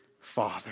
Father